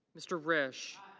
mr. ridge.